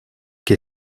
que